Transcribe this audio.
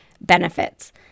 benefits